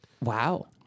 Wow